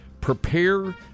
prepare